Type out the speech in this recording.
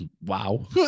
wow